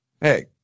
hey